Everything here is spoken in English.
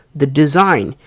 the design,